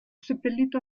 seppellito